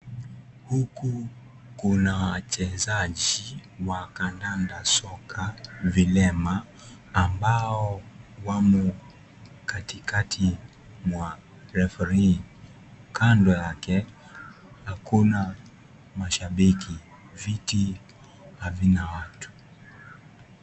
Huku kuna wachezaji wa kandanda soka vilema ambao wamo katikati mwa referee kando yake hakuna mashabiki, viti havina watu.